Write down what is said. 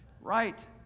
Right